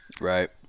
Right